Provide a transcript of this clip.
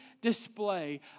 display